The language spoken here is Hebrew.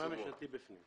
השמאי הממשלתי בפנים.